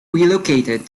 relocated